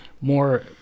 more